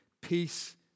Peace